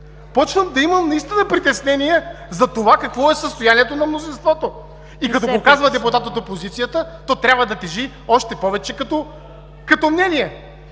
Започвам да имам наистина притеснение за това какво е състоянието на мнозинството. И като го казва депутат от опозицията, то трябва да тежи още повече като мнение.